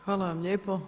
Hvala vam lijepo.